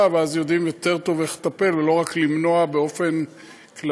ואז יודעים יותר טוב איך לטפל ולא רק למנוע באופן כללי.